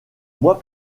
mois